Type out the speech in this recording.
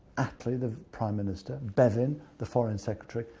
attlee the prime minister, bevin the foreign secretary,